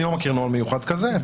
אני לא מכיר נוהל מיוחד כזה.